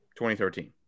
2013